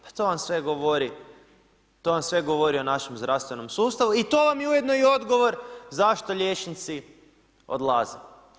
Pa to vam sve govori, to vam sve govori o našem zdravstvenom sustavu i to vam je ujedno i odgovor zašto liječnici odlaze.